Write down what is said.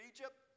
Egypt